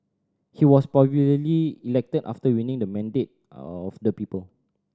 he was popularly elected after winning the mandate of the people